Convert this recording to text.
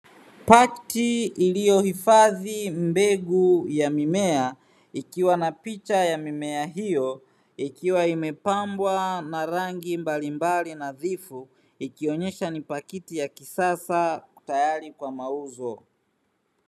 Pakiti iliyohidadhi mbegu za mimea, ikiwa na picha ya mimea hiyo; ikiwa imepambwa na rangi mbalimbali na nadhifu, ikionyesha ni pakiti ya kisasa tayari kwa mauzo.